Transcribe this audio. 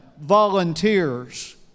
volunteers